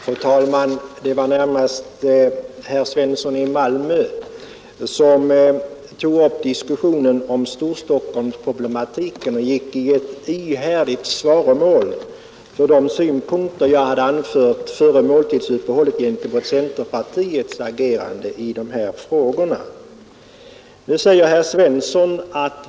Fru talman! Herr Svensson i Malmö tog upp diskussionen om Storstockholmsproblematiken och gick i ett ihärdigt svaromål mot de synpunkter på centerpartiets agerande i de här frågorna som jag hade kritiserat före måltidsuppehållet.